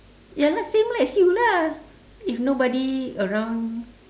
ya lah same lah as you lah if nobody around